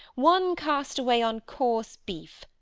one cast away on course beef,